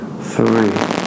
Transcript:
Three